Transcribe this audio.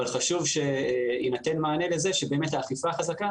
אבל חשוב שיינתן מענה לזה שהאכיפה החזקה